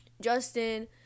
Justin